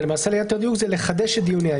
זה למעשה ליתר דיוק לחדש את דיוניה,